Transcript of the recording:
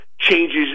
changes